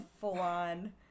full-on